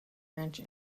ranch